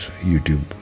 youtube